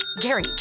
Gary